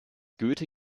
goethe